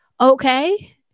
Okay